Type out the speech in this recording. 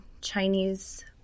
Chinese